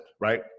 right